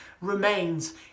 remains